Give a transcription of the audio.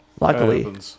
Luckily